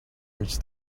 reach